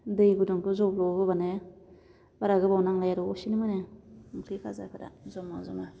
दै गुदुंखौ जब्ब' होबानो बारा गोबाव नांलाया दसेनो मोनो ओंख्रि फाजाफोरा जमा जमा